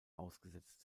ausgesetzt